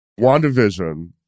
WandaVision